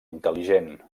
intel·ligent